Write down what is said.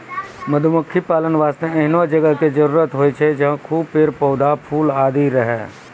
मधुमक्खी पालन वास्तॅ एहनो जगह के जरूरत होय छै जहाँ खूब पेड़, पौधा, फूल आदि रहै